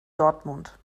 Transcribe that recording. dortmund